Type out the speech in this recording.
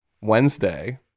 wednesday